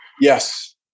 Yes